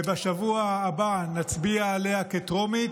ובשבוע הבא נצביע עליה בטרומית,